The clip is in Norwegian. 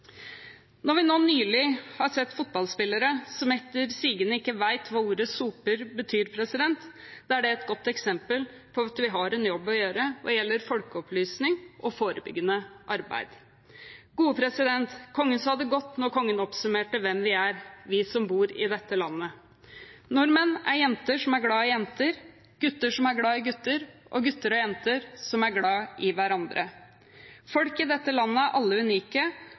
Når vi nå nylig har sett fotballspillere som etter sigende ikke vet hva ordet «soper» betyr, er det et godt eksempel på at vi har en jobb å gjøre når det gjelder folkeopplysning og forebyggende arbeid. Kongen sa det godt da han oppsummerte hvem vi er, vi som bor i dette landet: Nordmenn er jenter som er glad i jenter, gutter som er glad i gutter, og gutter og jenter som er glad i hverandre. Folk i dette landet er alle unike,